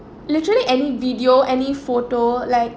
literally any video any photo like